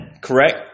Correct